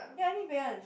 ya need pay one